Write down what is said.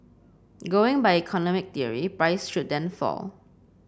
going by economic theory price should then fall